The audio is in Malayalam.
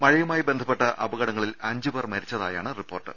മഴയുമായി ബന്ധപ്പെട്ട അപ കടങ്ങളിൽ അഞ്ചുപേർ മരിച്ചതായാണ് റിപ്പോർട്ട്